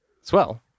swell